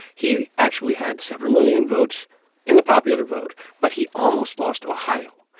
he actually had several million votes in the popular vote. but he almost lost ohio.